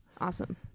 Awesome